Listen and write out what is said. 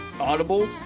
audible